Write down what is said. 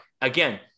again